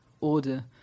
order